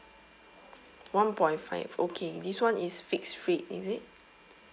one point five okay this one is fixed rate is it